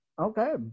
Okay